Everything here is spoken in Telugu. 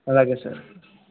అలాగే సార్